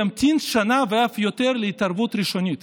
ימתין שנה ואף יותר להתערבות ראשונית,